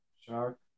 Shark